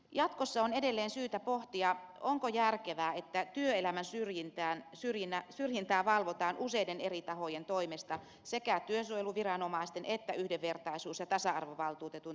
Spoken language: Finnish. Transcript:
jatkossa on edelleen syytä pohtia onko järkevää että työelämän syrjintää valvotaan useiden eri tahojen toimesta sekä työsuojeluviranomaisten että yhdenvertaisuus ja tasa arvovaltuutetun toimesta